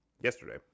yesterday